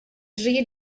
dri